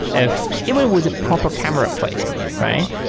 if it was a proper camera placement, right?